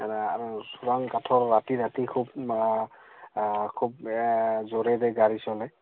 এনে আৰু চোৰাং কাঠৰ ৰাতি ৰাতি খুব খুব জোৰেৰে গাড়ী চলায়